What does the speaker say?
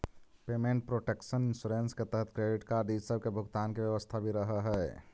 payment protection insurance के तहत credit card इ सब के भुगतान के व्यवस्था भी रहऽ हई